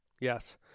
yes